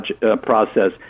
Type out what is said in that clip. process